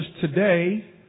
today